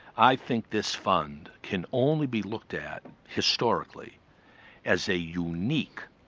i think this fund can only be looked at historically as a unique,